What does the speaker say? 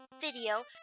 video